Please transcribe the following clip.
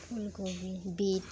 ঊলকবি beet